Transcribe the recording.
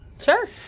Sure